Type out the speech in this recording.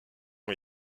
ont